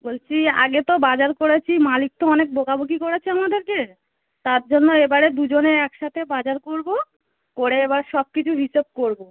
বলছি আগে তো বাজার করেছি মালিক তো অনেক বকাবকি করেছে আমাদেরকে তার জন্য এবারে দুজনে একসাথে বাজার করব করে এবার সব কিছুর হিসেব করব